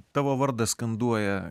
tavo vardą skanduoja